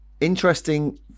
interesting